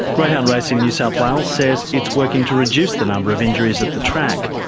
greyhound racing new south wales says it's working to reduce the number of injuries at the track.